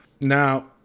Now